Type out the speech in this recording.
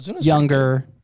Younger